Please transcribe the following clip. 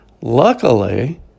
Luckily